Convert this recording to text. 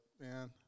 man